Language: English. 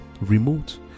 remote